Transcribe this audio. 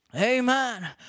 Amen